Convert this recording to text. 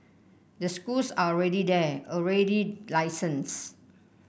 the schools are already there already licenses